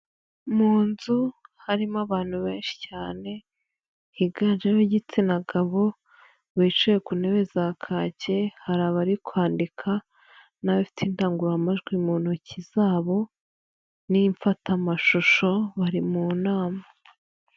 Mu nzu harimo abantu benshi cyane higanjemo igitsina gabo bicaye ku ntebe za kake hari abari kwandika n'abafite indangururamajwi mu ntoki zabo n'imfatamashusho bari mu nama.